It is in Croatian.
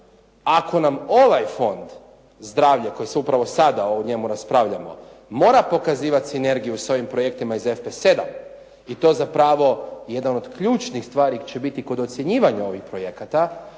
ako nam ovaj fond Zdravlje koji se upravo sada o njemu raspravljamo mora pokazivati sinergiju s ovim projektima iz FP7 i to zapravo jedan od ključnih stvari će biti kod ocjenjivanja ovih projekata,